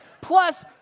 Plus